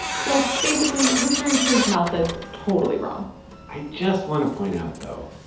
so basically, history proves malthus totally wrong i just want to point out, though,